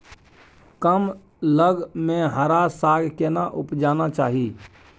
कम लग में हरा साग केना उपजाना चाही?